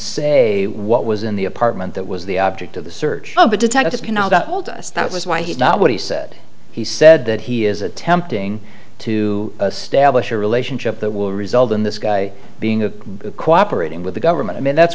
say what was in the apartment that was the object of the search oh detective cannot hold us that was why he's not what he said he said that he is attempting to stablish a relationship that will result in this guy being a cooperating with the government and that's